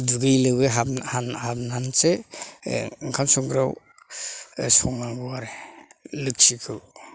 दुगैयै लोबै हान्नानैसो ओंखाम संग्रायाव संनांगौ आरो लोखिखौ